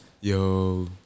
yo